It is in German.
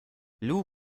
lou